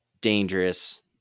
dangerous